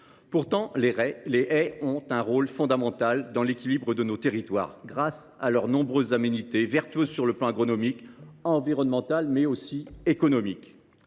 Pourtant, les haies ont un rôle fondamental dans l’équilibre de nos territoires grâce à leurs nombreuses aménités, vertueuses sur les plans agronomique, environnemental, mais aussi économique.